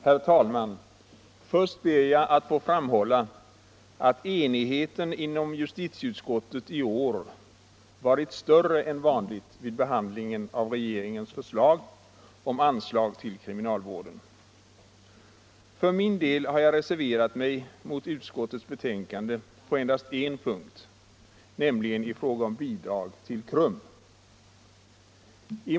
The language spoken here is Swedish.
Herr talman! Först ber jag att få framhålla att enigheten i justitieutskottet i år varit större än vanligt vid behandlingen av regeringens förslag om anslag till kriminalvården. För min del har jag reserverat mig mot utskottets betänkande på endast en punkt, nämligen i fråga om bidrag till KRUM.